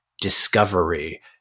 discovery